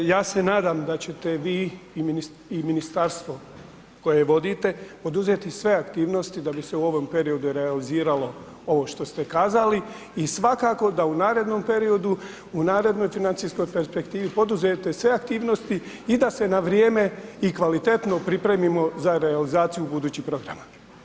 Ja se nadam da ćete vi i ministarstvo koje vodite poduzeti sve aktivnosti da bi se u ovom periodu realiziralo ovo što ste kazali i svakako da u narednom periodu, u narednoj financijskoj perspektivi poduzmete sve aktivnosti i da se na vrijeme i kvalitetno pripremimo za realizaciju budućih programa.